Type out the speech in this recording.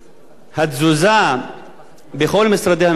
התזוזה בכל משרדי הממשלה השונים